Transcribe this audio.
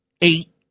eight